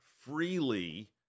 freely